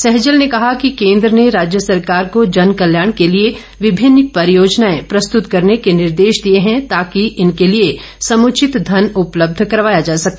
सहजल ने कहा कि केन्द्र ने राज्य सरकार को जनकल्याण के लिए विभिन्न परियोजनाएं प्रस्तुत करने के निर्देश दिए हैं ताकि इनके लिए समुचित धन उपलब्ध करवाया जा सके